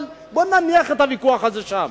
אבל בואו נניח את הוויכוח הזה שם.